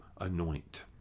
anoint